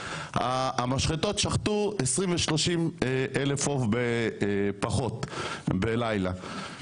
המשחטות שחטו 20,000 30,000 עוף פחות בלילה,